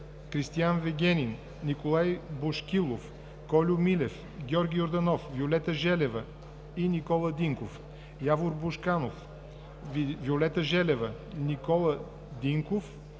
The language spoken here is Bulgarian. Кристиан Вигенин и Николай Бошкилов; Кольо Милев; Георги Йорданов, Виолета Желева и Никола Динков; Явор Божанков; Виолета Желева и Никола Динков;